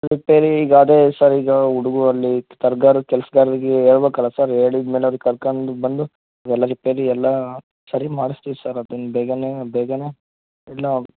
repair ಈಗ ಅದೇ sir ಈಗ ಹುಡ್ಗೂರು ಅಲ್ಲಿ ತರ್ಗಾರು ಕೆಲ್ಸಗಾರ್ರಿಗೆ ಹೇಳಬೇಕಲ್ಲ ಸರ್ ಹೇಳಿದ ಮೇಲೆ ಅವ್ರಿಗೆ ಕರ್ಕಂಡು ಬಂದು ಎಲ್ಲ ರಿಪೇರಿ ಎಲ್ಲ ಸರಿ ಮಾಡ್ಸ್ತೀವಿ ಸರ್ ಅದನ್ನ ಬೇಗನೇ ಬೇಗನೇ ಎಲ್ಲ